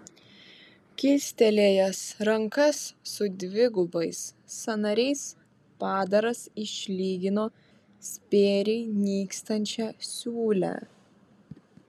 kilstelėjęs rankas su dvigubais sąnariais padaras išlygino spėriai nykstančią siūlę